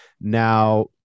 now